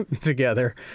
together